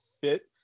fit